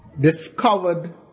discovered